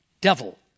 devil